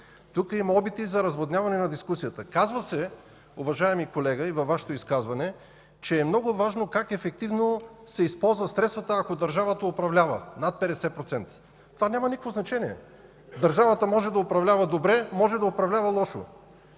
Тук има опити за разводняване на дискусията. Казва се, уважаеми колега, и във Вашето изказване, че е много важно как ефективно се използват средствата, ако държавата управлява над 50%. Това няма никакво значение. Държавата може да управлява добре, може да управлява лошо.